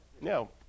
no